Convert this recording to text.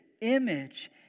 image